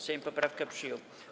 Sejm poprawkę przyjął.